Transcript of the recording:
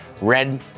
red